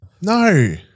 No